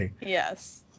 yes